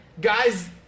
guys